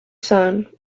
sun